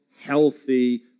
healthy